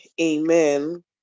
Amen